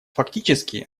фактически